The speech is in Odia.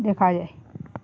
ଦେଖାଯାଏ